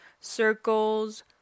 circles